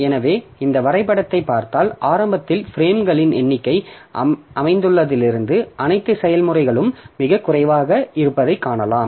எனவே இந்த வரைபடத்தைப் பார்த்தால் ஆரம்பத்தில் பிரேம்களின் எண்ணிக்கை அமைந்துள்ளதிலிருந்து அனைத்து செயல்முறைகளும் மிகக் குறைவாக இருப்பதைக் காணலாம்